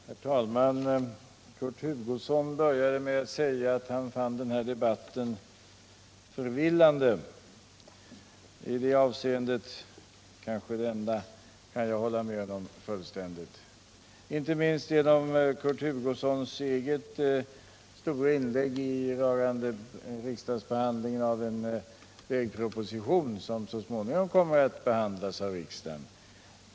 Herr talman! Kurt Hugosson började med att säga att han fann den här debatten förvillande. I det avseendet — kanske det enda — kan jag hålla med honom fullständigt, inte minst mot bakgrunden av Kurt Hugossons eget stora inlägg rörande riksdagsbehandlingen av en vägproposition, som först så småningom kommer att behandlas av riksdagen.